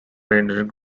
painted